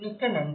மிக்க நன்றி